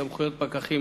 סמכויות פקחים),